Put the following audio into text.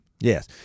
Yes